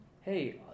Hey